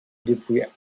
depuis